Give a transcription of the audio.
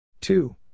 two